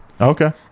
Okay